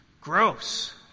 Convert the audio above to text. Gross